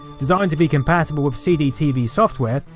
designed to be compatible with cdtv software,